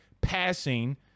passing